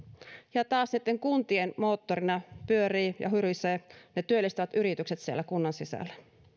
ja taas sitten kuntien moottorina pyörivät ja hyrisevät ne työllistävät yritykset siellä kunnan sisällä